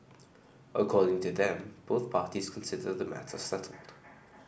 according to them both parties consider the matter settled